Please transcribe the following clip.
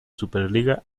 superliga